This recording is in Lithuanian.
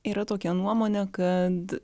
yra tokia nuomonė kad